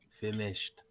finished